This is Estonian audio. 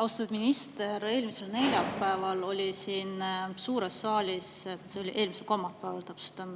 Austatud minister! Eelmisel neljapäeval oli siin suures saalis – see oli eelmisel kolmapäeval, täpsustan